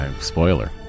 spoiler